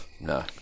No